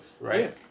Right